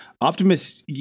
optimus